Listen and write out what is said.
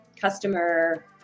customer